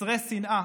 מסרי שנאה,